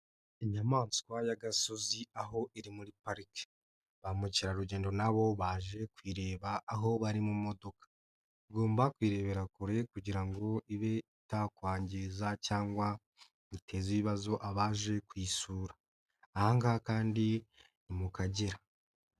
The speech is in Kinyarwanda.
Inyamaswa y'agasozi aho iri muri pariki. Ba mukerarugendo na bo baje kuyireba aho bari mu modoka. Bagomba kuyirebera kure kugira ngo ibe itakwangiza cyangwa iteze ibibazo abaje kuyisura. Aha ngaha kandi Ni mu Kagera.